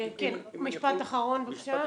משפט אחרון בבקשה.